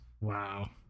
Wow